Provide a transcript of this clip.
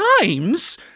times